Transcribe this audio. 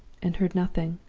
and heard nothing.